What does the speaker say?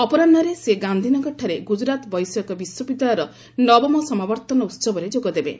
ଅପରାହରେ ସେ ଗାନ୍ଧିନଗରଠାରେ ଗୁକ୍ତରାତ୍ ବୈଷୟିକ ବିଶ୍ୱବିଦ୍ୟାଳୟର ନବମ ସମାବର୍ତ୍ତନ ଉହବରେ ଯୋଗଦେବେ